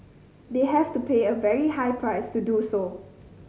they have to pay a very high price to do so